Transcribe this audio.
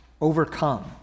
overcome